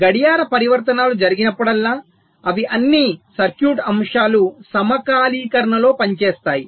గడియార పరివర్తనాలు జరిగినప్పుడల్లా అవి అన్ని సర్క్యూట్ అంశాలు సమకాలీకరణలో పనిచేస్తాయి